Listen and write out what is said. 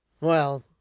Well